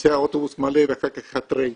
נוסע אוטובוס מלא ואחר כך אחד ריק.